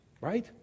right